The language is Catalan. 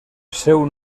seu